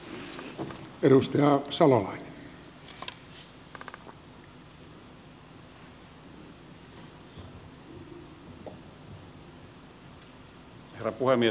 herra puhemies